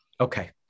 Okay